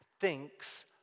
thinks